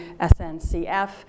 SNCF